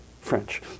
French